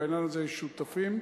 בעניין הזה יש שותפים,